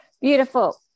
Beautiful